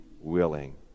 willing